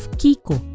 kiko